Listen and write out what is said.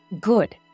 Good